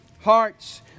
hearts